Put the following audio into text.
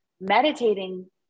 meditating